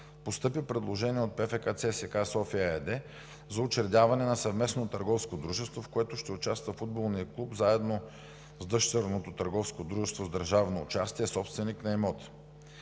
постъпи предложение от ПФК ЦСКА – София ЕАД, за учредяване на съвместно търговско дружество, в което ще участва футболният клуб заедно с дъщерното търговско дружество с държавно участие, собственик на имота.